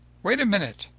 wait a minute.